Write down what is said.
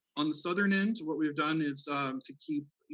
on the southern end, what we have done is to keep,